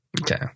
Okay